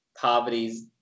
poverty's